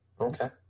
Okay